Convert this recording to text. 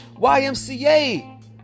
YMCA